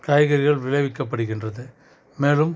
காய்கறிகள் விலை விற்கப்படுகின்றது மேலும்